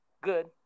Good